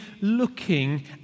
looking